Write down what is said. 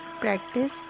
practice